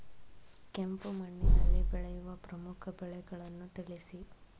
ಕೆಂಪು ಮಣ್ಣಿನಲ್ಲಿ ಬೆಳೆಯುವ ಪ್ರಮುಖ ಬೆಳೆಗಳನ್ನು ತಿಳಿಸಿ?